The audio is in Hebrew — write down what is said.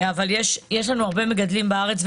אבל יש לנו הרבה מגדלים בארץ,